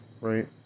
right